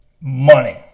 money